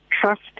trust